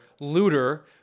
looter